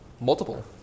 multiple